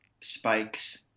spikes